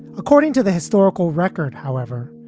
according to the historical record, however,